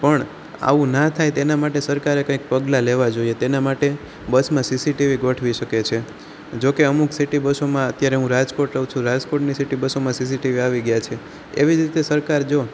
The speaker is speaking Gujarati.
પણ આવું ના થાય તેના માટે સરકારે કંઈક પગલાં લેવાં જોઈએ તેના માટે બસમાં સીસીટીવી ગોઠવી શકે છે જો કે અમુક સિટી બસોમાં અત્યારે હું રાજકોટ રહું છું રાજકોટની સિટી બસોમાં સીસીટીવી આવી ગયાં છે એવી જ રીતે સરકાર જો